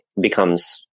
becomes